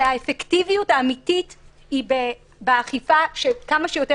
שהאפקטיביות האמיתית היא בכמה שיותר